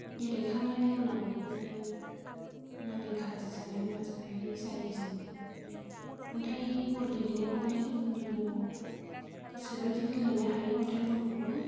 गेलेखांनायनि उनाव बेबायदिनो नारें खार्जि जानाय मा जानाय जायो जोङो बेबायदि अन्थाइ गर गेलेनायाबो अनेक रोखोमनि दङ गोसोबायदि गेलेनो हायो अन्थाइ गरखौबो